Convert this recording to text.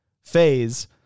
phase